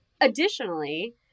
additionally